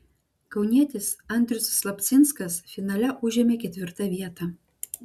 kaunietis andrius slapcinskas finale užėmė ketvirtą vietą